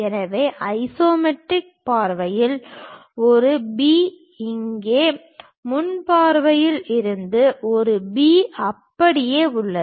எனவே ஐசோமெட்ரிக் பார்வையில் ஒரு B இங்கே முன் பார்வையில் இருந்து ஒரு B அப்படியே உள்ளது